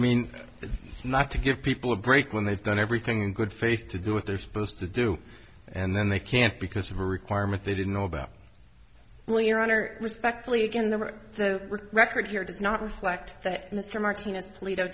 mean not to give people a break when they've done everything in good faith to do what they're supposed to do and then they can't because of a requirement they didn't know about well your honor respectfully again there are so record here does not reflect that mr martinez